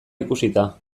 ikusita